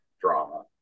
drama